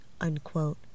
unquote